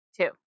Two